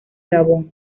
gabón